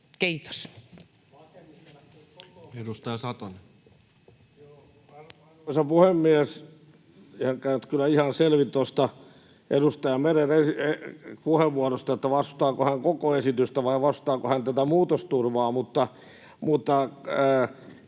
Edustaja Satonen. Arvoisa puhemies! Ei ihan käynyt selville tuosta edustaja Meren puheenvuorosta, vastustaako hän koko esitystä vai vastustaako hän tätä muutosturvaa, mutta